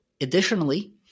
Additionally